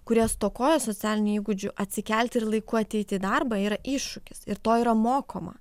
kurie stokoja socialinių įgūdžių atsikelti ir laiku ateiti į darbą yra iššūkis ir to yra mokoma